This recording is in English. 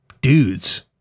dudes